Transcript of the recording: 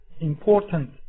important